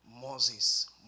Moses